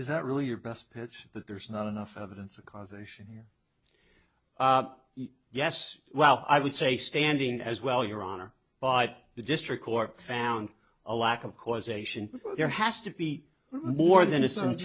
is that really your best pitch that there's not enough evidence of causation here yes well i would say standing as well your honor but the district court found a lack of causation there has to be more than